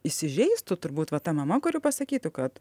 įsižeistų turbūt va ta mama kuri pasakytų kad